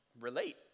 relate